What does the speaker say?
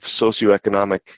socioeconomic